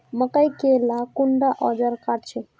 मकई के ला कुंडा ओजार काट छै?